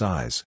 Size